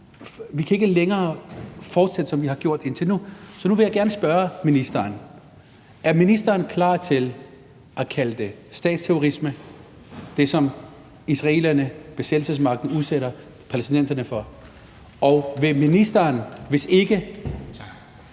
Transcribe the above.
vi kan ikke længere fortsætte, som vi har gjort indtil nu. Så nu vil jeg gerne spørge ministeren om noget: Er ministeren klar til at kalde det statsterrorisme, det, som israelerne, besættelsesmagten, udsætter palæstinenserne for? Og vil ministeren, hvis ikke ...